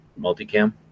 multicam